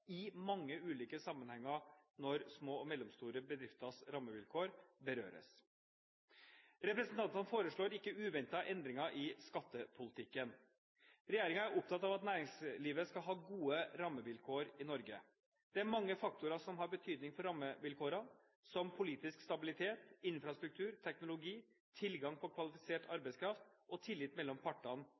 i mange ulike sammenhenger når små og mellomstore bedrifters rammevilkår berøres. Representantene foreslår ikke uventet endringer i skattepolitikken. Regjeringen er opptatt av at næringslivet skal ha gode rammevilkår i Norge. Det er mange faktorer som har betydning for rammevilkårene, som politisk stabilitet, infrastruktur, teknologi, tilgang på kvalifisert arbeidskraft og tillit mellom partene